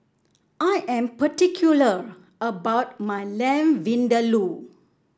I am particular about my Lamb Vindaloo